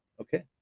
okay